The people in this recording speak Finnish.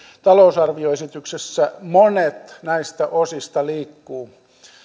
talousarvioesityksessä monet näistä osista liikkuvat